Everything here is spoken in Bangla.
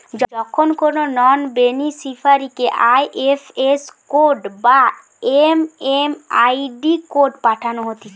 যখন কোনো নন বেনিফিসারিকে আই.এফ.এস কোড বা এম.এম.আই.ডি কোড পাঠানো হতিছে